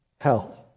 hell